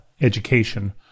education